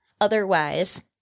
otherwise